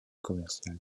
commercial